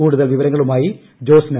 കൂടുതൽ വിവരങ്ങളുമായി ജോസ്ന